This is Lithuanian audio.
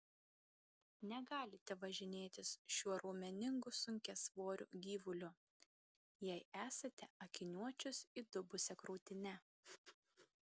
negalite važinėtis šiuo raumeningu sunkiasvoriu gyvuliu jei esate akiniuočius įdubusia krūtine